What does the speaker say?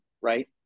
right